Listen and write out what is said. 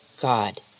God